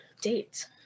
date